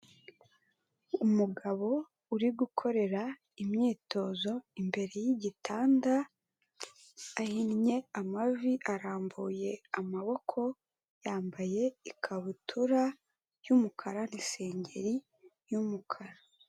Umugabo uri gukorera imyitozo imbere y'igitanda, ahinnye amavi arambuye amaboko, yambaye ikabutura y'umukara n'isengeri y'umukara.